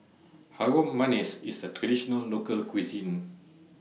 Harum Manis IS A Traditional Local Cuisine